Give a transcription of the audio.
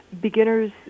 beginners